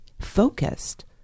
focused